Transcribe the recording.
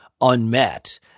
unmet